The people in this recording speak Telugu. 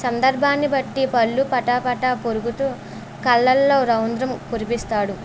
సందర్భాన్ని బట్టి పళ్ళు పటాపటా కొరుకుతు కళ్ళల్లో రౌద్రం కురిపిస్తాడు